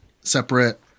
separate